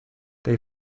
they